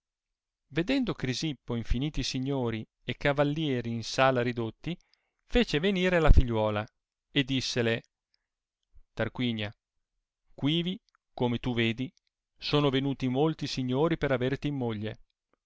vedendo crisippo infiniti signori e cavallieri in sala ridotti fece venire la figliuola e dissele tarquinia quivi come tu vedi sono venuti molti signori per averti in moglie